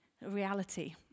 reality